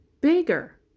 bigger